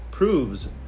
Proves